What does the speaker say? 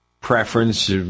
preference